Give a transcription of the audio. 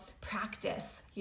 practice